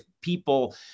people